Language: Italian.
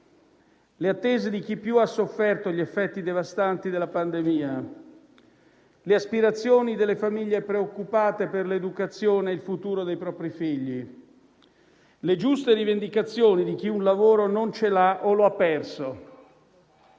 le attese di chi più ha sofferto gli effetti devastanti della pandemia, le aspirazioni delle famiglie preoccupate per l'educazione e il futuro dei propri figli, le giuste rivendicazioni di chi un lavoro non ce l'ha o lo ha perso,